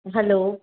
hello